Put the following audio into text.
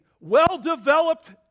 well-developed